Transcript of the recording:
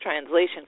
translation